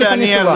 סביר להניח,